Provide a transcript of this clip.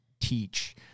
teach